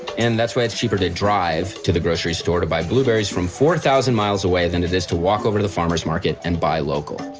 and that's why it's cheaper to drive to the grocery store to buy blueberries from four thousand miles away than it is to walk over to the farmer's market and buy local.